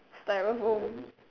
styrofoam